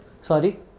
Sorry